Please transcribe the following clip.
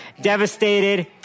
devastated